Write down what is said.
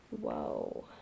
Whoa